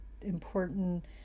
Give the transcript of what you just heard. important